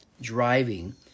driving